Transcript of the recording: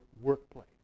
workplace